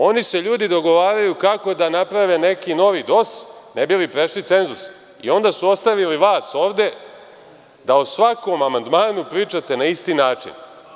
Oni se ljudi dogovaraju kako da naprave neki novi DOS ne bi li prešli cenzus i onda su ostavili vas ovde da o svakom amandmanu pričate na isti način.